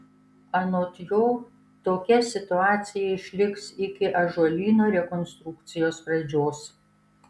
anot jo tokia situacija išliks iki ąžuolyno rekonstrukcijos pradžios